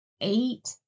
eight